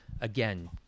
again